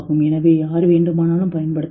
எனவே யார் வேண்டுமானாலும் பயன்படுத்தலாம்